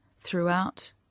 throughout